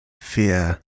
Fear